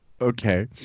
okay